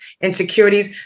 insecurities